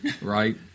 Right